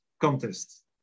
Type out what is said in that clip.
contest